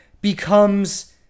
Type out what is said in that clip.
becomes